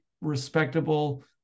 respectable